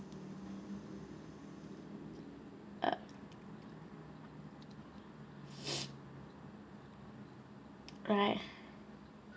uh right